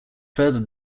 further